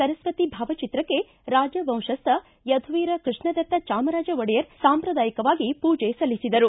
ಸರಸ್ವತಿ ಭಾವಚಿತ್ರಕ್ಕೆ ರಾಜವಂಶಸ್ವ ಯಧುವೀರ ಕೃಷ್ಣದತ್ತ ಚಾಮರಾಜ ಒಡೆಯರ್ ಸಾಂಪ್ರದಾಯಿಕವಾಗಿ ಪೂಜೆ ಸಲ್ಲಿಸಿದರು